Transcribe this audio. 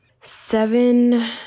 seven